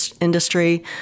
industry